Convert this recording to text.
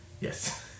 Yes